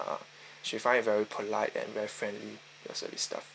uh she find very polite and very friendly your service staff